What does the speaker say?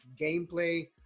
gameplay